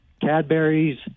Cadbury's